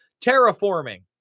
Terraforming